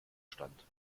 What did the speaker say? stand